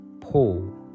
Paul